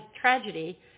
tragedy